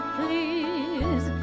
please